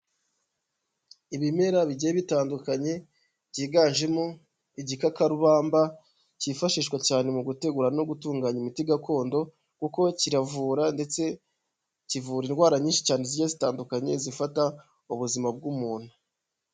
Ibimera bigiye bitandukanye, byiganjemo igikakarubamba cyifashishwa cyane mu gutegura no gutunganya imiti gakondo, kuko kiravura ndetse kivura indwara nyinshi cyane zijyiye zitandukanye, zifata ubuzima bw'umuntu.